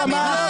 מנהלים?